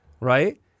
Right